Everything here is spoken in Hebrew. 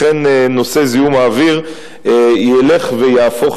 לכן נושא זיהום האוויר ילך ויהפוך